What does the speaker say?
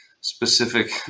specific